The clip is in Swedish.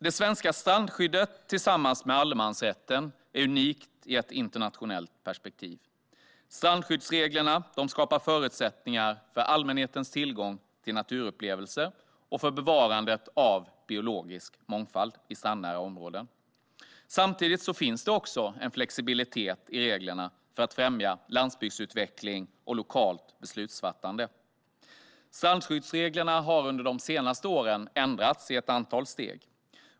Det svenska strandskyddet är tillsammans med allemansrätten unikt i ett internationellt perspektiv. Strandskyddsreglerna skapar förutsättningar för allmänhetens tillgång till naturupplevelser och för bevarandet av biologisk mångfald i strandnära områden. Samtidigt finns det också en flexibilitet i reglerna för att främja landsbygdsutveckling och lokalt beslutsfattande. Strandskyddsreglerna har under de senaste åren ändrats i ett antal steg.